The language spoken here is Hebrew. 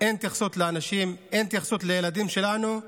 אין התייחסות לאנשים, אין התייחסות לילדים שלנו,